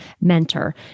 mentor